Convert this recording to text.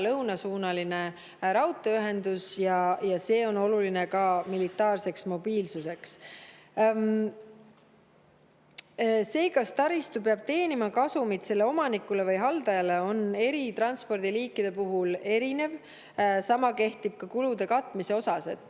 põhja-lõunasuunaline raudteeühendus. See on oluline ka militaarseks mobiilsuseks. See, kas taristu peab teenima kasumit selle omanikule või haldajale, on eri transpordiliikide puhul erinev. Sama kehtib ka kulude katmise puhul.